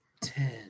Ten